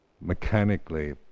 mechanically